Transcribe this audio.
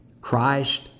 Christ